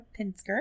Pinsker